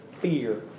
fear